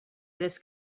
this